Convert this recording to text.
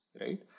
right